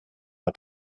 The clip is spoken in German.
hat